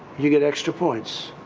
you get extra points.